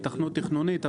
היתכנות תכנונית.